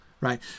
right